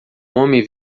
homem